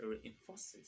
reinforces